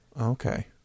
Okay